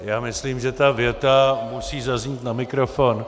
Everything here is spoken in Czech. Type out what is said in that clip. Já myslím, že ta věta musí zaznít na mikrofon.